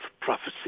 prophecy